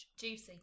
Juicy